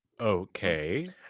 Okay